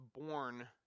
born